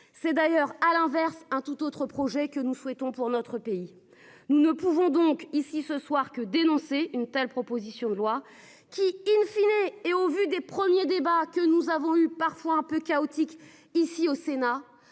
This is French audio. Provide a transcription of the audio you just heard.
C'est d'ailleurs à l'inverse un tout autre projet que nous souhaitons pour notre pays. Nous ne pouvons donc ici ce soir que dénoncer une telle proposition de loi qui in fine et et au vu des premiers débats que nous avons eu parfois un peu chaotique ici au Sénat